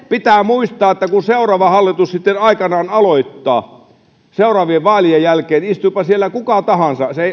pitää muistaa että kun seuraava hallitus sitten aikanaan aloittaa seuraavien vaalien jälkeen istuipa siellä kuka tahansa